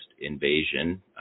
invasion